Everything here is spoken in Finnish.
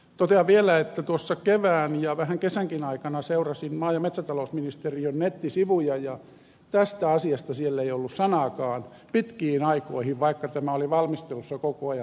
totean vielä että tuossa kevään ja vähän kesänkin aikana seurasin maa ja metsätalousministeriön nettisivuja ja tästä asiasta siellä ei ollut sanaakaan pitkiin aikoihin vaikka tämä oli valmistelussa koko ajan